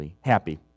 happy